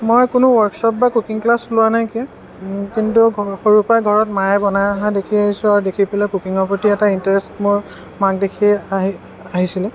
মই কোনো ৱৰ্কশ্বপ বা কুকিং ক্লাছ লোৱা নাইকিয়া কিন্তু সৰুৰে পৰা ঘৰত মায়ে বনাই অহা দেখি আহিছোঁ আৰু দেখি পেলাই কুকিঙৰ প্ৰতি মোৰ ইণ্টাৰেষ্ট মোৰ মাক দেখিয়ে আহি আহিছিলে